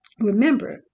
remember